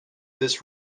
this